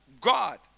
God